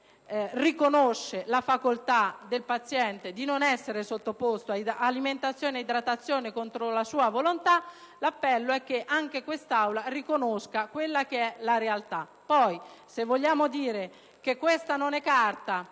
riconosce la facoltà del paziente di non essere sottoposto ad alimentazione ed idratazione contro la sua volontà. L'appello è che anche quest'Aula riconosca quella che è la realtà. Poi, se vogliamo dire che questa non è carta